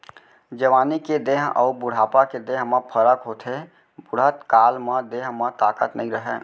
जवानी के देंह अउ बुढ़ापा के देंह म फरक होथे, बुड़हत काल म देंह म ताकत नइ रहय